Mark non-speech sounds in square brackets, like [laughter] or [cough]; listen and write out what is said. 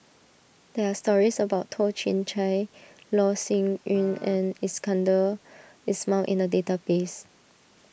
there are stories about Toh Chin Chye Loh Sin [noise] Yun and Iskandar Ismail in the database